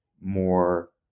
more